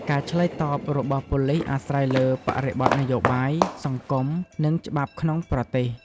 ការឆ្លើយតបរបស់ប៉ូលីសអាស្រ័យលើបរិបទនយោបាយ សង្គម និងច្បាប់ក្នុងប្រទេស។